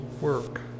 work